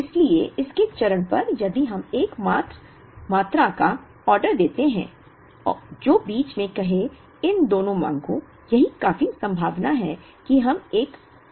इसलिए इसके चरण पर यदि हम एक मात्रा का आदेश देते हैं जो बीच में कहे इन दो मांगों यह काफी संभावना है कि हम एक अतिरिक्त क्रम बना रहे हैं